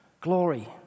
glory